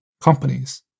companies